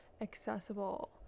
accessible